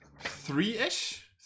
three-ish